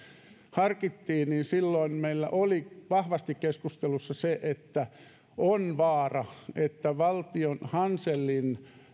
harkittiin niin silloin meillä oli vahvasti keskustelussa se että on vaara että valtion hanselin